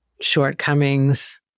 shortcomings